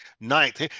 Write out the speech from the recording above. ninth